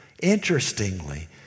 Interestingly